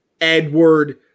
Edward